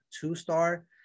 two-star